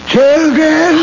Children